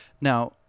Now